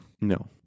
No